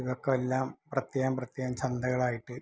ഇവയ്ക്കെല്ലാം പ്രത്യേകം പ്രത്യേകം ചന്തകളായിട്ട്